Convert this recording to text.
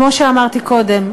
כמו שאמרתי קודם,